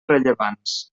rellevants